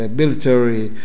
military